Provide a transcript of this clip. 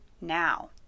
now